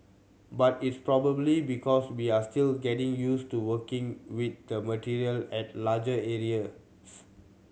but it's probably because we are still getting used to working with the material at large areas